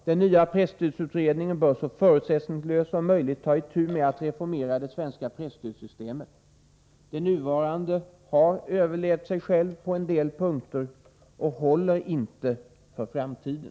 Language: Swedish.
Den nya presstödsutredningen bör så förutsättningslöst som möjligt ta itu med att reformera det svenska presstödssystemet. Det nuvarande har överlevt sig självt på en del punkter och håller inte för framtiden.